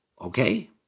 Okay